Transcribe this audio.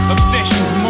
Obsession's